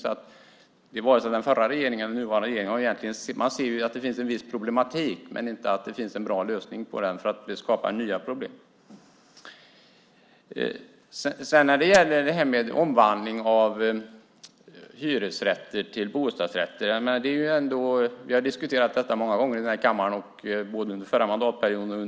Både den förra och den nuvarande regeringen ser att det finns en viss problematik men att det inte finns en bra lösning. Det skapas nya problem. Vi har diskuterat omvandling av hyresrätter till bostadsrätter många gånger i kammaren under förra och nuvarande mandatperioden.